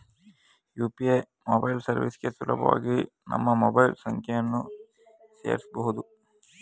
UPA mobile ಸರ್ವಿಸ್ಗೆ ಸುಲಭವಾಗಿ ನಮ್ಮ ಮೊಬೈಲ್ ಸಂಖ್ಯೆಯನ್ನು ಸೇರಸಬೊದು